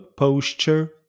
Posture